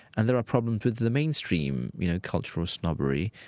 and there are problems with the mainstream, you know, cultural snobbery,